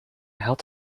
had